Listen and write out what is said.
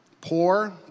poor